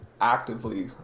actively